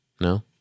no